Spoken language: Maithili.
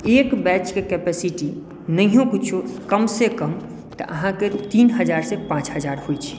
एक बैचक कैपेसिटी नहियो किछु तऽ कम से कम अहाँके तीन हजार सॅं पाँच हजार होइत छै